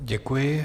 Děkuji.